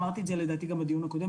ואמרתי את זה גם בדיון הקודם,